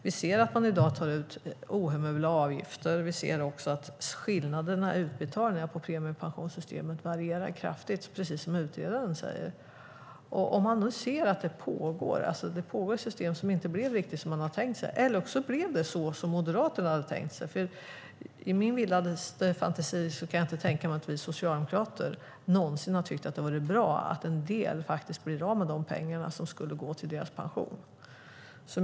Vi ser att man i dag tar ut ohemula avgifter. Vi ser också att skillnaderna i utbetalningarna från premiepensionssystemet varierar kraftigt, precis som utredaren säger. Man ser att det pågår och att systemet inte riktigt blivit som man hade tänkt sig. Eller så blev det så som Moderaterna hade tänkt sig. I min vildaste fantasi kan jag inte tänka mig att vi socialdemokrater någonsin har tänkt att det vore bra att en del blir av med de pengar som skulle gå till deras pension.